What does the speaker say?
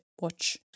watch